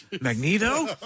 Magneto